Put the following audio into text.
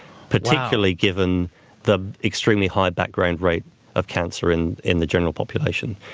particularly given the extremely high background rate of cancer in in the general population.